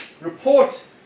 report